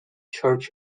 church